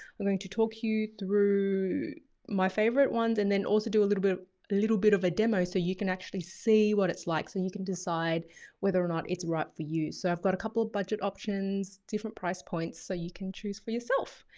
we're going to talk you through my favourite ones and then also do a little bit, a little bit of a demo so you can actually see what it's like so and you can decide whether or not it's right for you. so i've got a couple of budget options, different price points so you can choose for yourself.